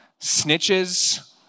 Snitches